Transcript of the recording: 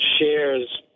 shares